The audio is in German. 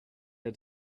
der